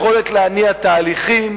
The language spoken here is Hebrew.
יכולת להניע תהליכים,